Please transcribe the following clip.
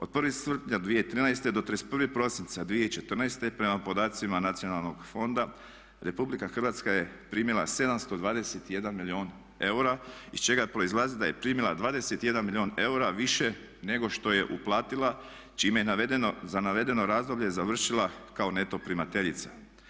Od 1.srpnja 2013.do 31.prosinca 2014.prema podacima Nacionalnog fonda RH je primila 721 milijun eura iz čega proizlazi da je primila 21 milijun eura više nego što je uplatila čime je navedeno za navedeno razdoblje završila kao neto primateljica.